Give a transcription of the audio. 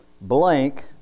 blank